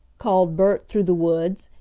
called bert through the woods,